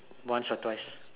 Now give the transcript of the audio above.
once or twice